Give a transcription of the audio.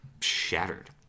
shattered